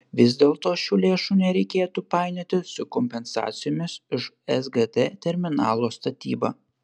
vis dėlto šių lėšų nereikėtų painioti su kompensacijomis už sgd terminalo statybą